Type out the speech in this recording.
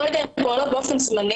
כרגע הן פועלות באופן זמני.